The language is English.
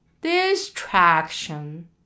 distraction